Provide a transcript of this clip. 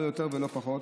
לא יותר ולא פחות.